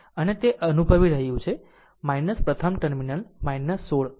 અને તે અનુભવી રહ્યું છે પ્રથમ ટર્મિનલ 16 0